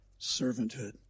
servanthood